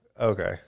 okay